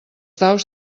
daus